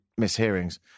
mishearings